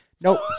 Nope